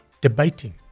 debating